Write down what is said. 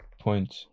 point